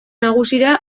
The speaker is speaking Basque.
nagusira